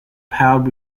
powered